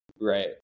right